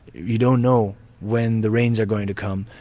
you don't know when the rains are going to come,